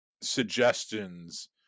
suggestions